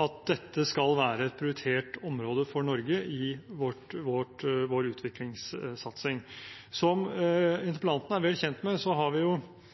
at dette skal være et prioritert område for Norge i vår utviklingssatsing. Som interpellanten er vel kjent med, har vi